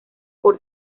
por